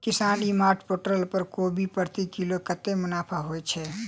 किसान e mart portal पर कोबी प्रति किलो कतै मुनाफा होइ छै?